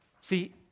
See